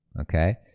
okay